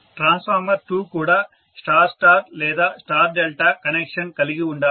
transformer 2 కూడా star star లేదా star delta connection కలిగి ఉండాలి